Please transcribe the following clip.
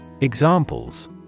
examples